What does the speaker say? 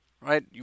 right